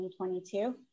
2022